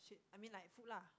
shit I mean like food lah